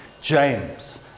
James